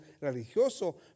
religioso